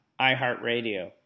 iHeartRadio